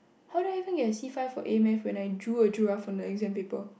how do I even get a C five for A maths when I drew a giraffe on the exam paper